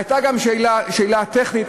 הייתה גם שאלה טכנית,